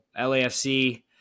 LAFC